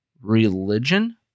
religion